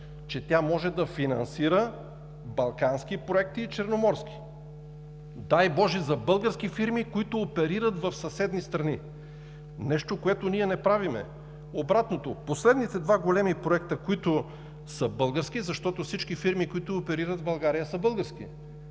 че тя може да финансира балкански и черноморски проекти, дай боже, за български фирми, които оперират в съседни страни. Нещо, което ние не правим. Обратното, последните два големи проекта, които са български, защото всички фирми, които оперират в България са български.